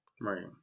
Right